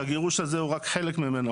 שהגירוש הזה הוא רק חלק ממנו,